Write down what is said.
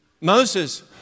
Moses